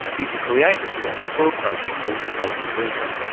he's the creative director for a project called colour me brisbane.